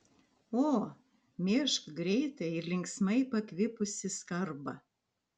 o mėžk greitai ir linksmai pakvipusį skarbą